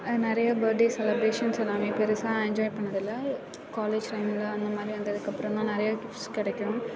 நிறைய birthday celebrations எல்லாம் பெருசாக நான் என்ஜாய் பண்ணது இல்லை காலேஜ் டைமில் அந்த மாதிரி வந்ததுக்கு அப்பறம் தான் நிறையா கிஃப்ட்ஸ் கிடைக்கும்